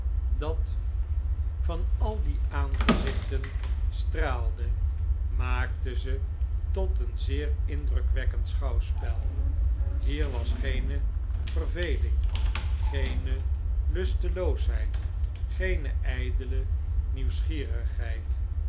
dat van al die aangezichten straalde maakte ze tot een zeer indrukwekkend schouwspel hier was geene verveling geene lusteloosheid geene ydele nieuwsgierigheid